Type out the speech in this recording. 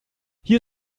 hier